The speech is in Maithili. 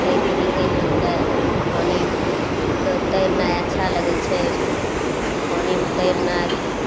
तैर कऽ निकलि जेतय पानिके तैरनाइ अच्छा लगय छै पानिमे तैरनाइ